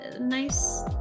nice